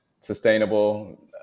Sustainable